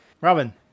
Robin